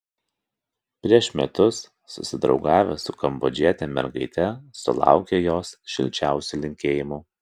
prieš metus susidraugavęs su kambodžiete mergaite sulaukė jos šilčiausių linkėjimų